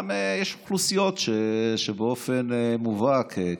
יש גם אוכלוסיות שבאופן מובהק,